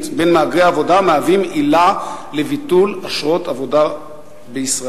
בין מהגרי עבודה מהווים עילה לביטול אשרות עבודה בישראל.